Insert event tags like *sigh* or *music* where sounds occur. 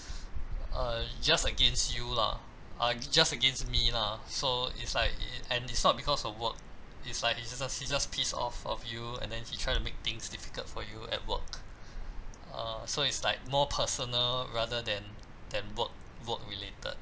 uh just against you lah uh just against me lah so it's like and it's not because of work it's like *noise* he just he just pissed off of you and then he try to make things difficult for you at work uh so it's like more personal rather than than work work related